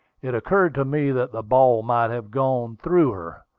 it occurred to me that the ball might have gone through her,